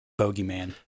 bogeyman